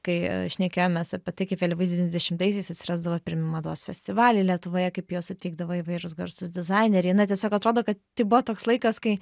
kai šnekėjomės apie tai kaip vėlyvais devyniasdešimtaisiais atsirasdavo pirmi mados festivaliai lietuvoje kaip į juos atvykdavo įvairūs garsūs dizaineriai na tiesiog atrodo kad tai buvo toks laikas kai